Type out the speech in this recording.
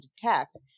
detect